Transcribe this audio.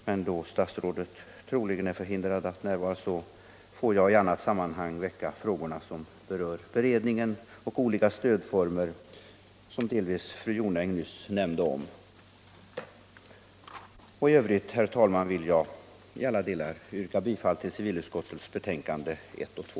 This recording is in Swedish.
Men då statsrådet troligen är förhindrad att närvara, får jag i annat sammanhang väcka frågorna, vilka berör beredningen och olika stödformer som fru Jonäng delvis nämnde om. I övrigt, herr talman, vill jag yrka bifall till civilutskottets hemställan i utskottets betänkande I och 2.